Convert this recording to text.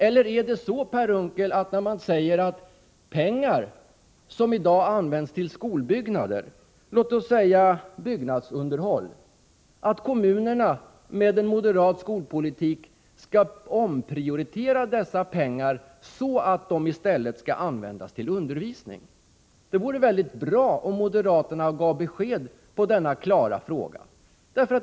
Eller är det så, Per Unckel, när det gäller de pengar som i dag används till skolbyggnader — låt oss säga till byggnadsunderhåll — att kommunerna med en moderat skolpolitik skall omprioritera dessa pengar, så att pengarna i stället används till undervisningsändamål? Det vore väldigt bra om moderaterna lämnade ett besked, när jag ställer denna klara fråga.